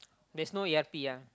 there's no e_r_p ah